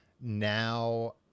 Now